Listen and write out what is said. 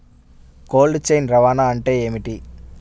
Cold chain రవాణా అంటే ఏమిటీ?